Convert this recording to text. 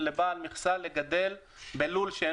ובלבד שהוא ייצר את מלוא מכסתו בלול חדש